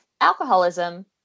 alcoholism